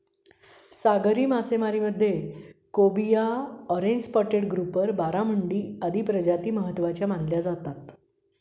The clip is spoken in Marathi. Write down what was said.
सागरी मासेमारीमध्ये cobia, orange spotted grouper, barramundi आदी प्रजाती महत्त्वाच्या मानल्या जातात